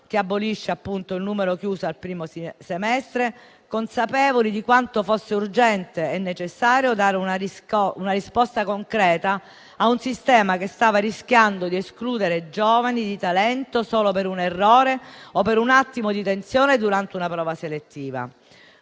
che abolisce il numero chiuso al primo semestre, consapevole di quanto fosse urgente e necessario dare una risposta concreta a un sistema che stava rischiando di escludere giovani di talento, solo per un errore o per un attimo di tensione durante una prova selettiva.